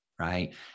right